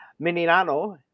Mininano